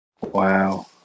Wow